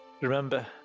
Remember